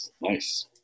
Nice